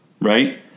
right